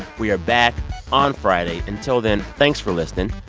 we are back on friday. until then, thanks for listening.